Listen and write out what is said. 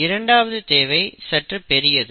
இரண்டாவது தேவை சற்று பெரியது